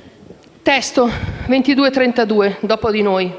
n. 2232, "dopo di noi".